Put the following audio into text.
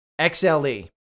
XLE